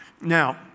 Now